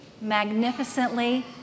magnificently